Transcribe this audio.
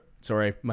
Sorry